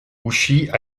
uscì